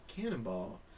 Cannonball